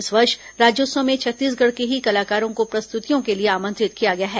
इस वर्ष राज्योत्सव में छत्तीसगढ़ के ही कलाकारों को प्रस्तुतियों के लिए आमंत्रित किया गया है